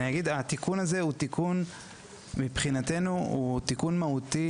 התיקון הזה מבחינתנו הוא תיקון מהותי